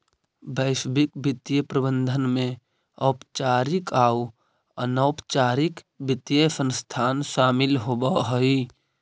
वैश्विक वित्तीय प्रबंधन में औपचारिक आउ अनौपचारिक वित्तीय संस्थान शामिल होवऽ हई